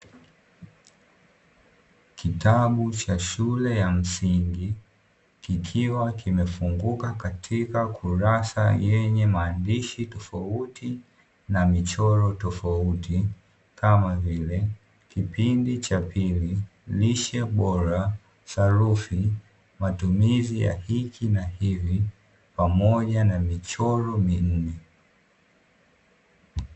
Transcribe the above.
Kitabu cha shule ya msingi kikiwa kimefunguka katika kurasa yenye maandishi tofauti na michoro tofauti kama vile kipindi cha pili, lishe bora, sarufi matumizi ya hiki na hivi pamoja na michoro minne.